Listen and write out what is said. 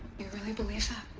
you really believe that?